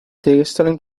tegenstelling